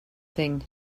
thing